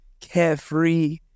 carefree